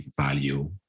value